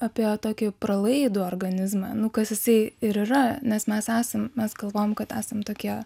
apie tokį pralaidų organizmą nu kas jisai ir yra nes mes esam mes galvojam kad esam tokie